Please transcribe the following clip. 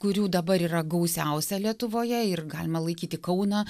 kurių dabar yra gausiausia lietuvoje ir galime laikyti kauną